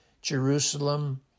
Jerusalem